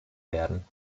werden